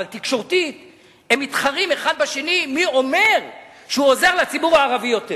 תקשורתית הם מתחרים האחד בשני מי אומר שהוא עוזר לציבור הערבי יותר,